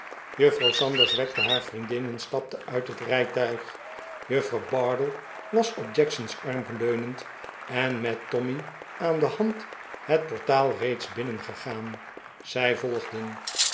juffrouw sanders wekte haar vriendin en stapte uit het rijtuig juffrouw bardell was op jackson's arm leunend en met tommy aan de hand het portaal reeds binnengegaan zij volgden